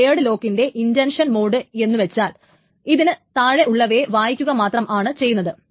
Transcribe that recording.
ഈ ഷെയേഡ് ലോക്കിന്റെ intention mode എന്നുവച്ചാൽ ഇതിനു താഴെ ഉള്ളവയെ വായിക്കുക മാത്രമാണ് ചെയ്യുന്നത്